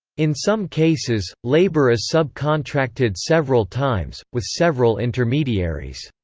in some cases, labour is subcontracted several times, with several intermediaries.